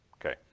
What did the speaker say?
Okay